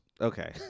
Okay